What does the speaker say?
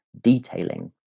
detailing